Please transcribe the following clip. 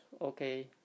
okay